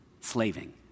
slaving